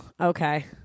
okay